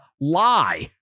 lie